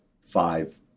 five